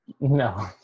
no